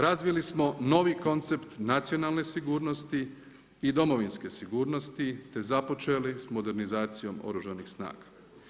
Razvili smo novi koncept nacionalne sigurnosti i domovinske sigurnosti, te započeli s modernizacijom oružanih snaga.